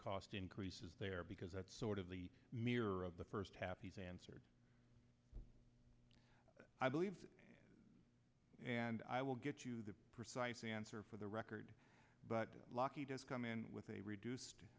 cost increases there because that's sort of the mirror of the first half easy answer i believe and i will get you the precise answer for the record but lucky does come in with a reduced